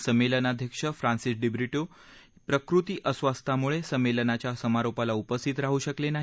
संमेलनाध्यक्ष फ्रान्सिस दिब्रिटो प्रकृती अस्वास्थ्यामुळे संमेलनाच्या समारोपाला उपस्थित राहू शकले नाही